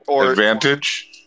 Advantage